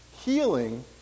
healing